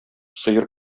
сыер